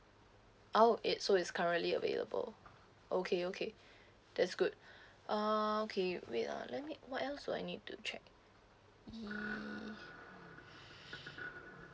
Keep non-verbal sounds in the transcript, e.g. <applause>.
orh yes so it's currently available okay okay <breath> that's good <breath> uh okay wait ah let me what else do I need to check the <breath>